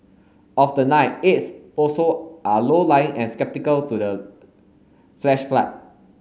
of the nine eights also are low lying and skeptical to the flash flood